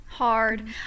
Hard